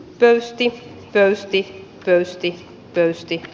pöysti käynnisti pöysti pöysti